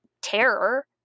terror